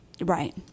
Right